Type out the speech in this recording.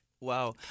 Wow